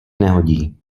nehodí